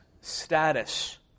status